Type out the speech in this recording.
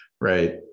right